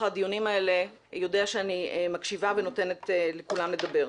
הדיונים האלה יודע שאני מקשיבה ונותנת לכולם לדבר,